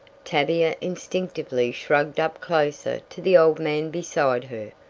tavia instinctively shrugged up closer to the old man beside her.